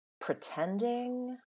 pretending